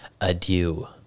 adieu